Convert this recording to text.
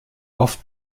oft